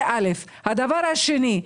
דבר שני,